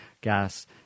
gas